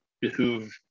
behoove